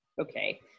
okay